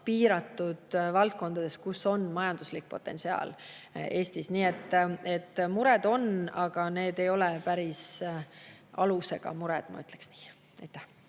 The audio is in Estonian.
piiratud valdkondades, kus on majanduslik potentsiaal Eestis. Nii et mured on, aga need ei ole päris alusega mured, ma ütleks nii.